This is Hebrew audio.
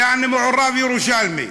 יעני מעורב ירושלמי.